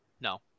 No